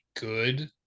good